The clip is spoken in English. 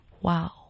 Wow